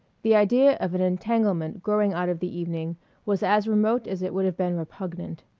the idea of an entanglement growing out of the evening was as remote as it would have been repugnant.